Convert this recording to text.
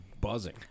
buzzing